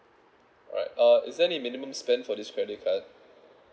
right uh is there any minimum spend for this credit card